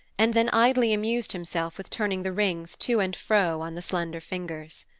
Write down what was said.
and then idly amused himself with turning the rings to and fro on the slender fingers.